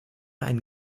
einen